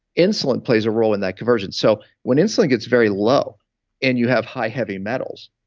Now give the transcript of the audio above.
insulin plays a role in that conversion. so when insulin gets very low and you have high heavy metals,